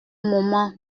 moment